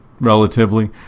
relatively